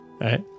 right